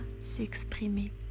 s'exprimer